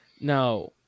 Now